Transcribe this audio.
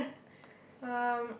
um